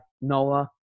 Noah